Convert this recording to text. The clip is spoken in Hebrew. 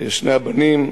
שני הבנים,